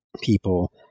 people